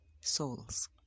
souls